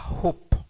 hope